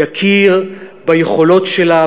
יכיר ביכולות שלה,